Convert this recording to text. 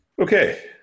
Okay